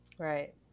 Right